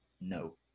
No